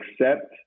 accept